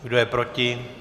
Kdo je proti?